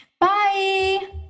bye